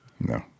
No